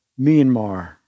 Myanmar